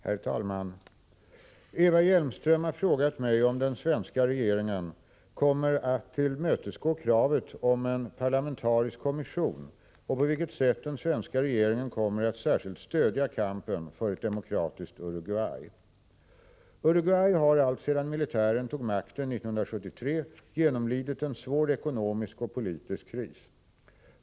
Herr talman! Eva Hjelmström har frågat mig om den svenska regeringen kommer att tillmötesgå kravet på en parlamentarisk kommission och på vilket sätt den svenska regeringen kommer att särskilt stödja kampen för ett demokratiskt Uruguay. Uruguay har alltsedan militären tog makten 1973 genomlidit en svår ekonomisk och politisk kris.